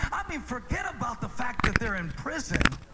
i mean forget about the fact that they're in prison.